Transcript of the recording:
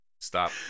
Stop